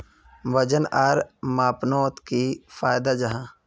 वजन आर मापनोत की फायदा जाहा?